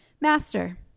Master